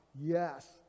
yes